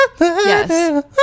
yes